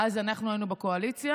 ואז אנחנו היינו בקואליציה.